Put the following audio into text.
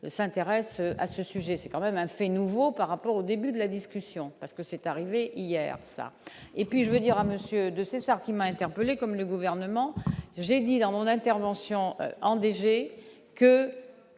s'intéressent à ce sujet, c'est quand même un fait nouveau par rapport au début de la discussion parce que c'est arrivé hier et puis je veux dire à monsieur de César, qui m'a interpellé comme le gouvernement, j'ai dit dans mon intervention en DG que